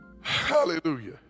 Hallelujah